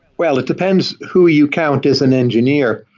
well, it depends who you count as an engineer.